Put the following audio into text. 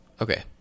Okay